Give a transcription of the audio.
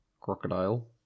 Crocodile